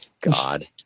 God